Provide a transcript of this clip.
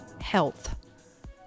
health